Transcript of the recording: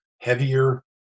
heavier